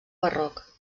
barroc